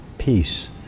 peace